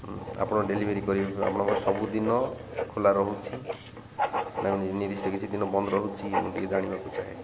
ଆପଣ ଡେଲିଭରି କରିବେ ଆପଣଙ୍କର ସବୁଦିନ ଖୋଲା ରହୁଛି ନାଇଁ ମ ନିର୍ଦ୍ଧିଷ୍ଟ କିଛି ଦିନ ବନ୍ଦ ରହୁଛି ମୁଁ ଟିକେ ଜାଣିବାକୁ ଚାହେଁ